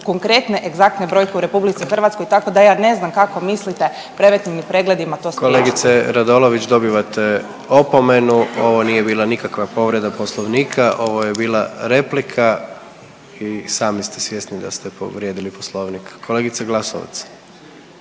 konkretne egzaktne brojke u RH, tako da ja ne znam kako mislite preventivnim pregledima to spriječiti. **Jandroković, Gordan (HDZ)** Kolegice Radolović dobivate opomenu, ovo nije bila nikakva povreda poslovnika ovo je bila replika i sami ste svjesni da ste povrijedili poslovnik. Kolegice Glasovac,